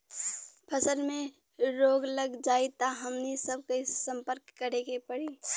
फसल में रोग लग जाई त हमनी सब कैसे संपर्क करें के पड़ी?